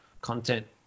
content